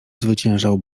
zwyciężał